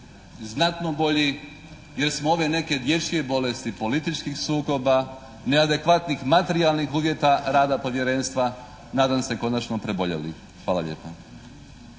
znatno bolji, jer smo ove neke dječje bolesti političkih sukoba, neadekvatnih materijalnih uvjeta rada Povjerenstva nadam se konačno preboljeli. Hvala lijepa.